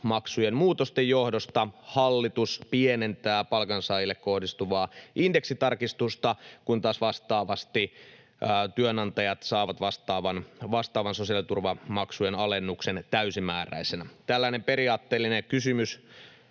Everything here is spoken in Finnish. muutosten johdosta hallitus pienentää palkansaajille kohdistuvaa indeksitarkistusta, kun taas vastaavasti työnantajat saavat vastaavan sosiaaliturvamaksujen alennuksen täysimääräisenä. Tällainen periaatteellinen kysymys: